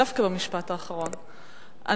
זה המשפט האחרון.